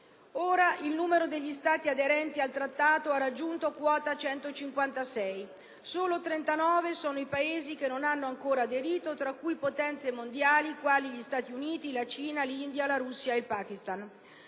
Ora il numero degli Stati aderenti al Trattato ha raggiunto quota 156. Solo 39 sono i Paesi che non hanno ancora aderito, tra cui potenze mondiali quali gli Stati Uniti, la Cina, l'India, la Russia ed il Pakistan.